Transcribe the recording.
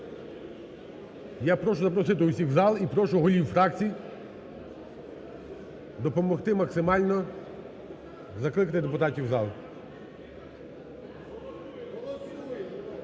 Я прошу запросити усіх в зал, і прошу голів фракцій допомогти максимально… заходити депутатів в зал.